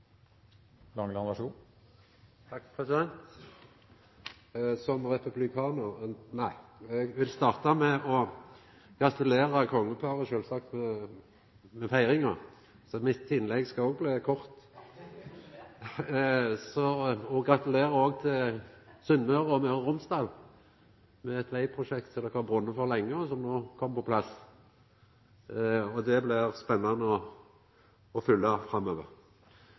Eg vil starta med å gratulera kongeparet med feiringa, så mitt innlegg skal òg bli kort! Eg vil òg gratulera Sunnmøre og Møre og Romsdal med eit vegprosjekt som dei har brunne for lenge, og som no kom på plass. Det blir spennande å følgja det framover.